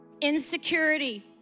insecurity